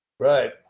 Right